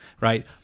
right